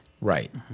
Right